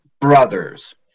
brothers